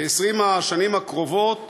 ב-20 השנים הקרובות